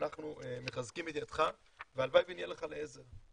אנחנו מחזקים את ידך והלוואי ונהיה לך לעזר.